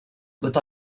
but